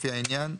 לפי העניין,